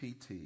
PT